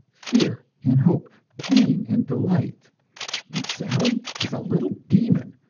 fear and hope, pain and delight and sally is a little demon,